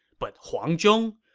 but huang zhong?